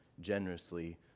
generously